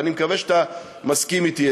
ואני מקווה שאתם מסכימים אתי,